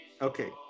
Okay